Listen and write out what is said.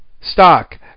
stock